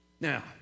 Now